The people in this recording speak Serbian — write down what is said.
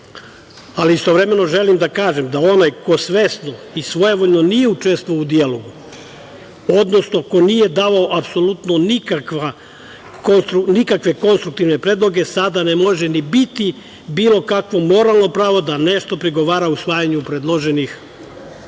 državi. Istovremeno želim da kažem da onaj ko svesno i svojevoljno nije učestvovao u dijalogu, odnosno ko nije davao apsolutno nikakve konstruktivne predloge, sada ne može ni biti bilo kakvo moralno pravo da nešto prigovara usvajanju predloženih promena